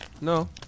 No